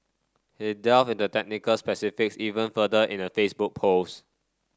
he delved in the technical specifics even further in a Facebook post